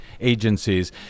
agencies